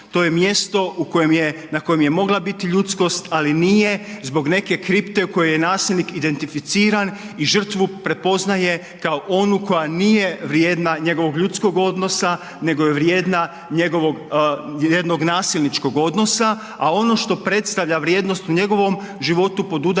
To je mjesto na kojem je mogla biti ljudskost, ali nije zbog neke kripte u kojoj je nasilnik identificiran i žrtvu prepoznaje kao onu koja nije vrijedna njegovog ljudskog odnosa nego je vrijedna jednog nasilničkog odnosa. A ono što predstavlja vrijednost u njegovom životu podudara